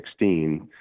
2016